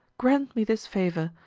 grant me this favor,